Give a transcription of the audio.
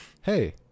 Hey